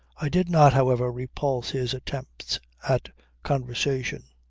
i did not however repulse his attempts at conversation.